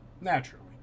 Naturally